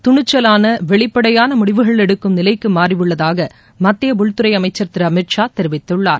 துணிச்சலான வெளிப்படையான முடிவுகள் எடுக்கும் நிலைக்கு மாறியுள்ளதாக மத்திய உள்துறை அமைச்சர் திரு அமித்ஷா தெரிவித்துள்ளார்